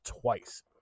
twice